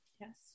Yes